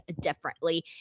differently